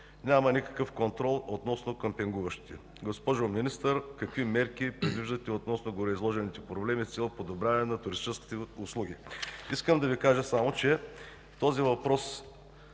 Няма никакъв контрол относно къмпингуващите. Госпожо Министър, какви мерки предвиждате относно гореизложените проблеми с цел подобряване на туристическите услуги? Искам само да Ви кажа, че този въпрос